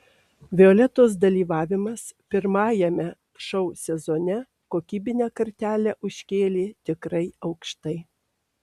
violetos dalyvavimas pirmajame šou sezone kokybinę kartelę užkėlė tikrai aukštai